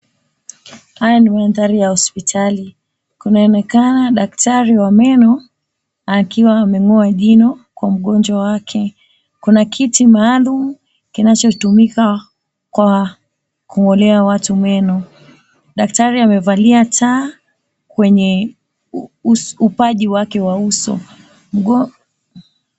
Haya ni mandhari ya hospitali. Kunaonekana daktari wa meno akiwa ameng'oa jino kwa mgonjwa wake. Kuna kiti maalum kinachotumika kwa kung'olea watu meno. Daktari amevalia taa kwenye upaji wake wa uso.